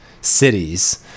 cities